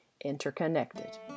interconnected